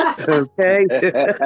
Okay